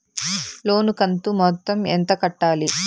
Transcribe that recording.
లోను కంతు మొత్తం ఎంత కట్టాలి?